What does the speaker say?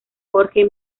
jorge